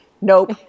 nope